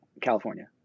California